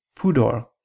pudor